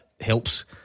helps